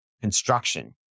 construction